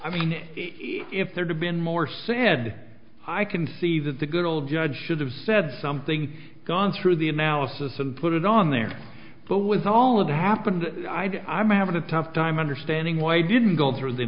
i mean if there had been more said i can see that the good ole judge should have said something gone through the analysis and put it on there but was all of that happened i'd i'm having a tough time understanding why i didn't go through the